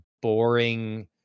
boring